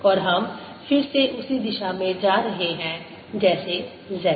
और हम फिर से उसी दिशा में जा रहे हैं जैसे z